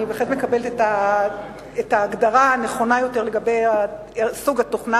אני בהחלט מקבלת את ההגדרה הנכונה יותר לגבי סוג התוכנה,